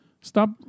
Stop